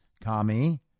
Kami